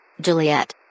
Juliet